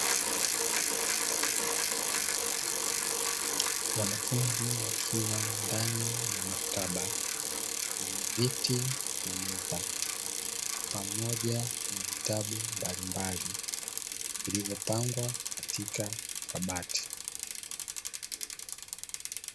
Wanafunzi wakiwa ndani ya maktaba yenye viti na meza pamoja na vitabu mbalimbali, vilivyopangwa katika kabati.